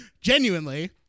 genuinely